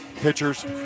pitchers